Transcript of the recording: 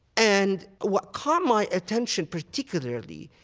and what caught my attention particularly,